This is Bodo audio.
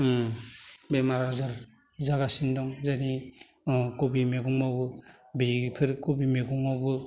ओम बेमार आजार जागासिनो दं जेरै खबि मैगंआवबो बिफोर खबि मैगंआवबो